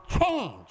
change